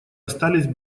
остались